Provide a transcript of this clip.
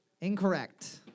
Incorrect